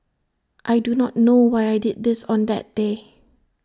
I do not know why I did this on that day